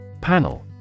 Panel